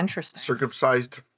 circumcised